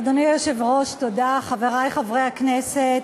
אדוני היושב-ראש, תודה, חברי חברי הכנסת,